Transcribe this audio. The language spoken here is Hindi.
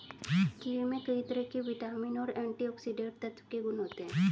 किवी में कई तरह के विटामिन और एंटीऑक्सीडेंट तत्व के गुण होते है